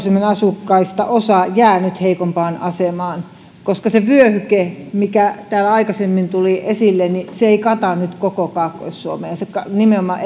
suomen asukkaista osa jää nyt heikompaan asemaan koska se vyöhyke mikä täällä aikaisemmin tuli esille ei kata nyt koko kaakkois suomea ja nimenomaan